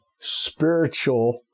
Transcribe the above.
spiritual